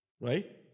right